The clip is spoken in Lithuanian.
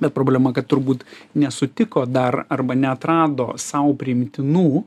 bet problema kad turbūt nesutiko dar arba neatrado sau priimtinų